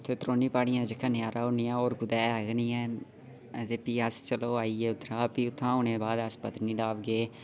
त्रौनी प्हाडियें दा जेह्ड़ा नज़ारा ऐ ओह् होर कुतै ऐ गै नीं ऐ होर फ्ही अस चलो आइये उत्थां दा उत्थां दा औने दे बाद अस सिद्धे पतनिटॉप गे